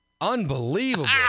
unbelievable